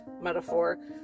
metaphor